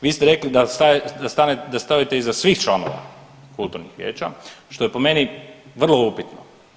Vi ste rekli da stajete, da stojite iza svih članova kulturnih vijeća što je po meni vrlo upitno.